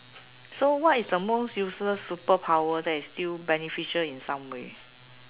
so what is the most useless superpower that is still beneficial in some way